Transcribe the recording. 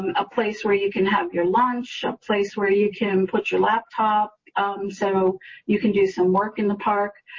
a place where you can have your lunch ah place where you can put your laptop so you can do some work in the park.